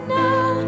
now